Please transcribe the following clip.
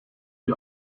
die